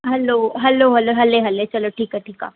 हलो hello hello हले हले चलो ठीकु आहे ठीकु आहे